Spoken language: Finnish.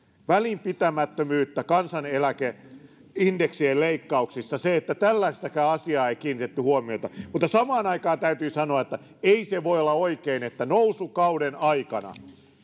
välinpitämättömyyttä kansaneläkeindeksien leikkauksissa se että tällaiseenkaan asiaan ei kiinnitetty huomiota mutta samaan aikaan täytyy sanoa että ei se voi olla oikein että nousukauden aikana